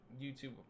youtube